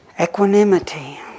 equanimity